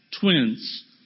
twins